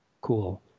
cool